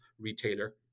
retailer